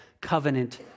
covenant